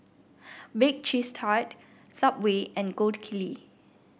Bake Cheese Tart Subway and Gold Kili